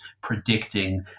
predicting